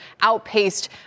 outpaced